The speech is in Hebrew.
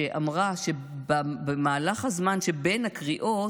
שאמרה שבמהלך הזמן שבין הקריאות,